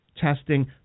testing